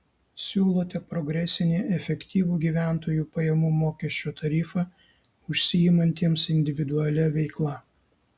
siūlote progresinį efektyvų gyventojų pajamų mokesčio tarifą užsiimantiems individualia veikla